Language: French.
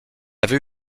avait